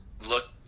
look